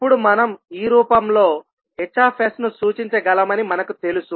ఇప్పుడు మనం ఈ రూపంలో H ను సూచించగలమని మనకు తెలుసు